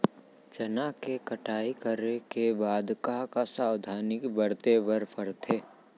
चना के कटाई करे के बाद का का सावधानी बरते बर परथे?